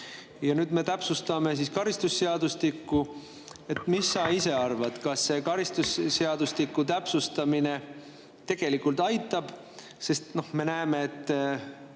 Nüüd me täpsustame karistusseadustikku. Mis sa ise arvad, kas see karistusseadustiku täpsustamine tegelikult aitab? Sest me näeme, et